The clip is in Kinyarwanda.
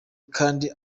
kandi